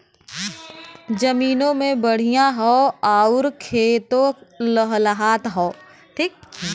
जमीनों बढ़िया हौ आउर खेतो लहलहात हौ